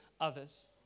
others